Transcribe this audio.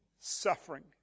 suffering